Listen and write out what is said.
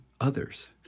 others